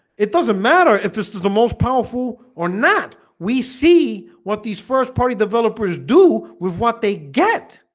it doesn't matter if this is the most powerful or not we see what these first party developers do with what they get